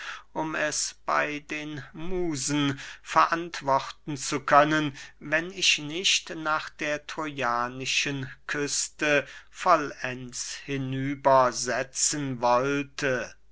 um es bey den musen verantworten zu können wenn ich nicht nach der trojanischen küste vollends hinüber setzen wollte